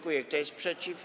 Kto jest przeciw?